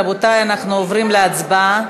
רבותי, אנחנו עוברים להצבעה.